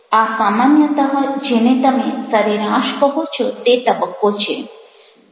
આ સામાન્યતઃ જેને તમે સરેરાશ કહો છો તે તબક્કો છે